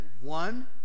One